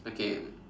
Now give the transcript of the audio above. okay